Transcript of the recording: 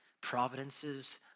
providences